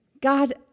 God